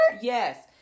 Yes